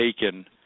taken